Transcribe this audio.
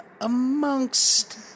amongst